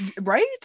Right